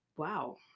Wow